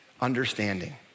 understanding